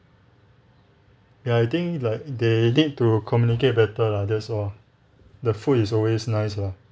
ya I think like they need to communicate better lah that's all the food is always nice lah